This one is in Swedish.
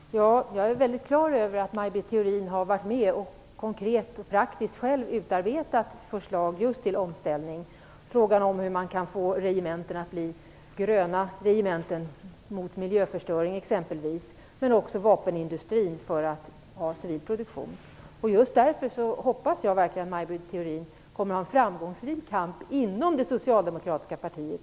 Herr talman! Jag är väldigt klar över att Maj Britt Theorin varit med och konkret/praktiskt själv utarbetat förslag just till omställning i fråga om hur man kan få regementen att bli gröna regementen - exempelvis för att motverka miljöförstöring. Det gäller också en omställning i vapenindustrin till civil produktion. Just därför hoppas jag verkligen att Maj Britt Theorin kommer att ha en framgångsrik kamp inom det socialdemokratiska partiet.